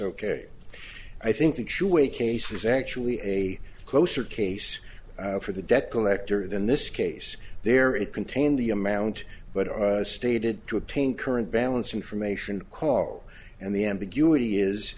ok i think sure a case is actually a closer case for the debt collector than this case there it contained the amount but i stated to obtain current balance information call and the ambiguity is